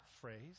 phrase